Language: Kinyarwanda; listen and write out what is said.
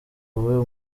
weah